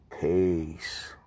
peace